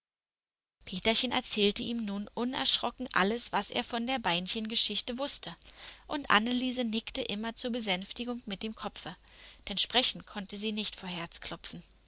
peterchen erzählte ihm nun unerschrocken alles was er von der beinchengeschichte wußte und anneliese nickte immer zur bestätigung mit dem kopfe denn sprechen konnte sie nicht vor herzklopfen